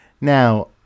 Now